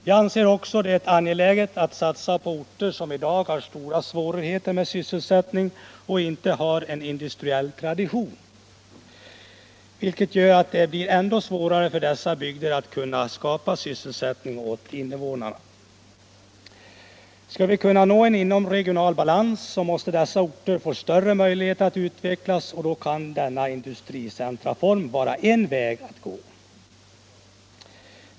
Jag anser det också angeläget att satsa på orter som i dag har stora svårigheter med sysselsättning och som inte heller har en industriell tradition, vilket gör det ännu svårare för dem att skapa sysselsättning åt människorna. Skall vi kunna nå en inomregional balans, måste dessa orter få större möjligheter att utvecklas, och då kan industricenterformen vara en väg att gå.